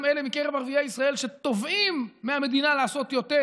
גם אלה מקרב ערביי ישראל שתובעים מהמדינה לעשות יותר,